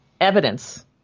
evidence